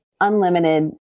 unlimited